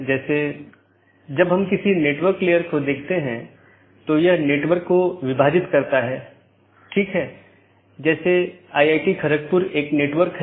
और अगर आप फिर से याद करें कि हमने ऑटॉनमस सिस्टम फिर से अलग अलग क्षेत्र में विभाजित है तो उन क्षेत्रों में से एक क्षेत्र या क्षेत्र 0 बैकबोन क्षेत्र है